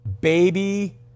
baby